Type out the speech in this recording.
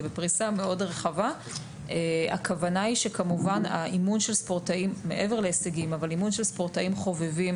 הכוונה היא שאימון של ספורטאים חובבים,